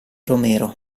romero